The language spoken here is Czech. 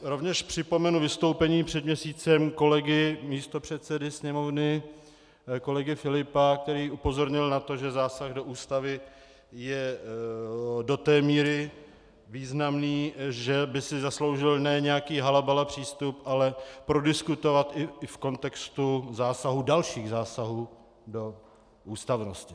Rovněž připomenu vystoupení před měsícem kolegy místopředsedy Sněmovny Filipa, který upozornil na to, že zásah do Ústavy je do té míry významný, že by si zasloužil ne nějaký halabala přístup, ale prodiskutovat to i v kontextu dalších zásahů do ústavnosti.